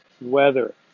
weather